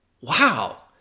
wow